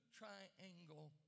triangle